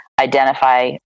identify